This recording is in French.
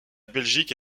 belgique